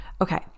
Okay